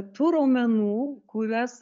tų raumenų kuriuos